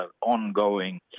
ongoing